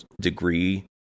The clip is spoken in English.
degree